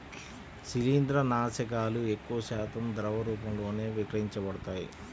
శిలీంద్రనాశకాలు ఎక్కువశాతం ద్రవ రూపంలోనే విక్రయించబడతాయి